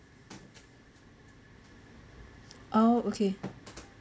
oh okay